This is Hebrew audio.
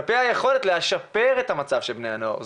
כלפי היכולת לשפר את המצב של בני נוער.